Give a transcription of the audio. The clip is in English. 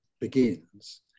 begins